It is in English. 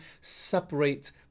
separate